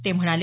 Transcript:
ते म्हणाले